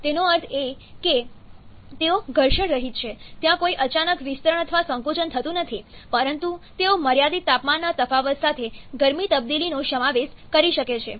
તેનો અર્થ એ કે તેઓ ઘર્ષણ રહિત છે ત્યાં કોઈ અચાનક વિસ્તરણ અથવા સંકોચન થતું નથી પરંતુ તેઓ મર્યાદિત તાપમાનના તફાવત સાથે ગરમી તબદીલીનો સમાવેશ કરી શકે છે